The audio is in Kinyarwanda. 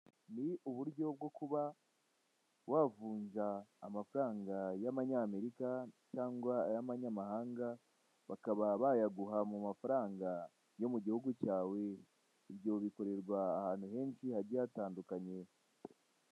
Ni uburyo bwo kuba wavunja amafaranga y'abanyamerika cyangwa ay'amanyamahanga bakaba bayaguha mu mafaranga yo mu gihugu cyawe, ibyo bikorerwa ahantu henshi hagiye hatandukanye.